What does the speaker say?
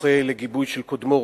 זוכה לגיבוי של קודמו,